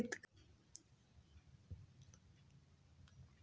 शेतकऱ्यांना आर्थिक मदत कुठे केली जाते?